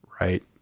right